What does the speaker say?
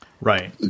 Right